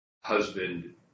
husband